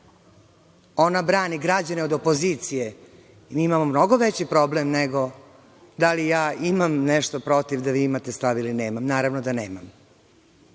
ona brani građane od opozicije, mi imamo mnogo veći problem nego da li ja imam nešto protiv da vi imate stav ili nemam. Naravno da nemam. Ali,